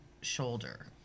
shoulder